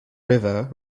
river